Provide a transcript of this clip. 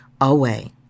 away